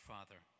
Father